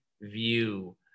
view